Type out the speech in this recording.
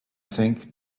think